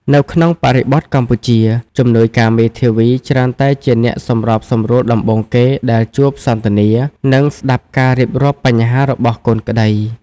នៅក្នុងបរិបទកម្ពុជា ជំនួយការមេធាវីច្រើនតែជាអ្នកសម្របសម្រួលដំបូងគេដែលជួបសន្ទនា និងស្តាប់ការរៀបរាប់បញ្ហារបស់កូនក្តី។